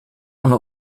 ono